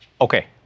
Okay